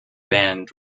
band